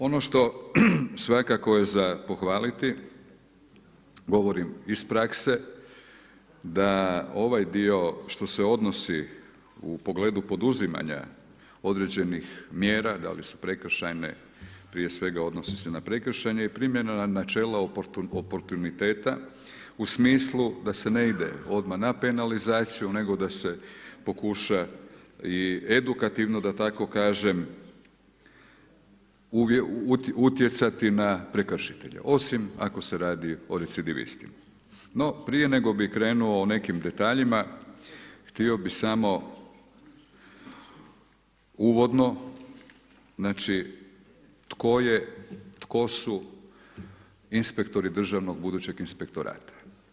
Ono što svakako je za pohvaliti, govorim iz praske, da ovaj dio što se odnosi u pogledu poduzimanja, određenih mjera, da li su prekršajne, prije svega, odnosi se na prekršajne i primjena načela oportuniteta, u smislu da se ne ide odmah na penalizaciju, nego da se pokuša i edukativno, da tako kažem, utjecati na prekršitelje, osim ako se radi o … No prije nego bi krenuo o nekim detaljima, htio bi samo uvodno, znači, tko je, tko su inspektori državnog, budućeg inspektorata.